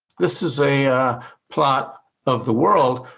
this is a plot of the world,